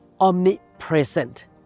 omnipresent